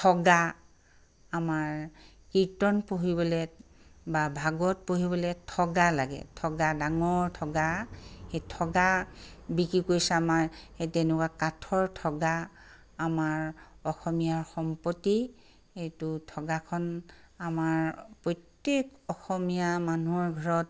ঠগা আমাৰ কীৰ্তন পঢ়িবলৈ বা ভাগৱত পঢ়িবলৈ ঠগা লাগে ঠগা ডাঙৰ ঠগা সেই ঠগা বিক্ৰী কৰিছে আমাৰ সেই তেনেকুৱা কাঠৰ ঠগা আমাৰ অসমীয়াৰ সম্পত্তি এইটো ঠগাখন আমাৰ প্ৰত্যেক অসমীয়া মানুহৰ ঘৰত